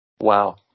Wow